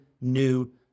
new